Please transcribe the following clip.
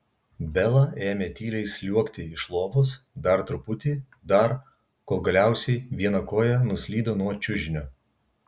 bela ėmė tyliai sliuogti iš lovos dar truputį dar kol galiausiai viena koja nuslydo nuo čiužinio